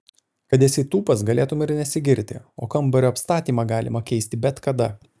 kad esi tūpas galėtum ir nesigirti o kambario apstatymą galima keisti bet kada